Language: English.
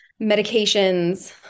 medications